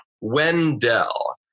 Wendell